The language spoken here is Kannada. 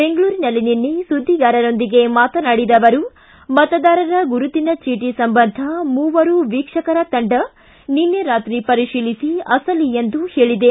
ಬೆಂಗಳೂರಿನಲ್ಲಿ ನಿನ್ನೆ ಸುದ್ದಿಗಾರರೊಂದಿಗೆ ಮಾತನಾಡಿದ ಅವರು ಮತದಾರರ ಗುರುತಿನ ಚೀಟಿ ಸಂಬಂಧ ಮೂವರು ವೀಕ್ಷಕರ ತಂಡ ನಿನ್ನೆ ರಾತ್ರಿ ಪರಿತೀಲಿಸ ಅಸಲಿ ಎಂದು ಹೇಳದೆ